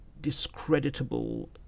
discreditable